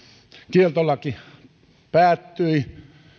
kieltolaki päättyi